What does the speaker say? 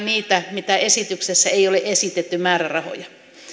niitä mihin esityksessä ei ole esitetty määrärahoja